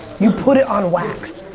you put it on wax.